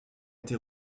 été